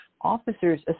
Officers